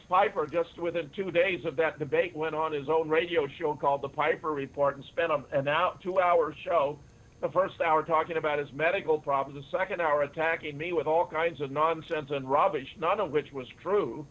piper just within two days of that debate went on his own radio show called the piper report and spent on and out to our show the first hour talking about his medical problem the second hour attacking me with all kinds of nonsense and rubbish not of which was true